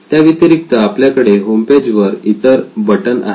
याव्यतिरिक्त आपल्याकडे होमपेज वर दोन इतर बटन आहेत